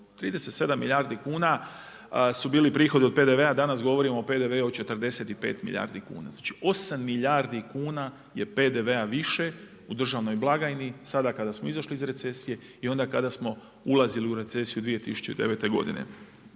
37 milijardi kuna, danas govorimo o PDV-u od 45 milijardi kuna, znači 8 milijardi kuna PDV-a više u državnoj blagajni sada kada smo izašli iz recesije i onda kada smo ulazili u recesiju 2009. godine.